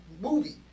movie